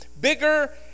bigger